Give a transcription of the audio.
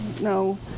no